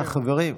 חברים,